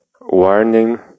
warning